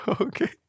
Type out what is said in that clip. Okay